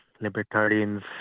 Libertarians